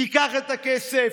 תיקח את הכסף,